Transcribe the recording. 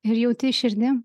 ir jauti širdim